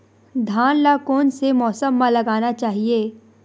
धान ल कोन से मौसम म लगाना चहिए?